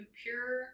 pure